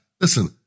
Listen